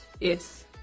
Yes